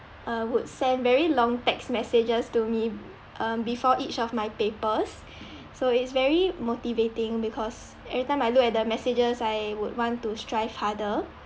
uh would send very long text messages to me um before each of my papers so it's very motivating because every time I look at the messages I would want to strive harder